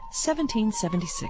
1776